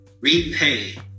repay